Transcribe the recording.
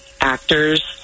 actors